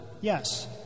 Yes